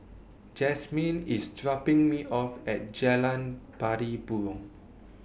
Jasmyn IS dropping Me off At Jalan Party Burong